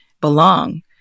belong